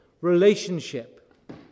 relationship